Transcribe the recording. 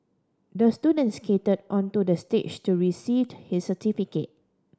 the student skated onto the stage to received his certificate